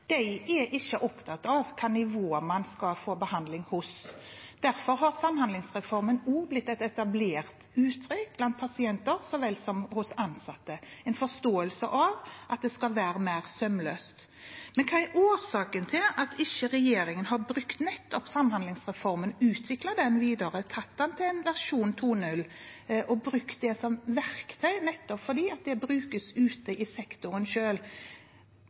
er ikke opptatt av hvilket nivå en skal få behandling på. Derfor har samhandlingsreformen blitt et etablert uttrykk blant pasienter så vel som hos ansatte – en forståelse av at det skal være mer sømløst. Men hva er årsaken til at regjeringen ikke har brukt nettopp samhandlingsreformen og utviklet den videre? En kunne tatt den til en versjon 2.0 og brukt det som verktøy, nettopp fordi det brukes ute i sektoren